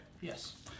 Yes